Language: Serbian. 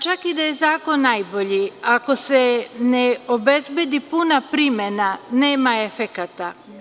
Čak i da je zakon najbolji ako se ne obezbedi puna primena, nema efekata.